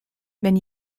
wenn